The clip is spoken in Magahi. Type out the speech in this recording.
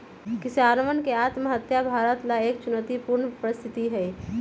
किसानवन के आत्महत्या भारत ला एक चुनौतीपूर्ण परिस्थिति हई